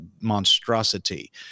monstrosity